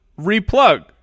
replug